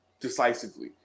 decisively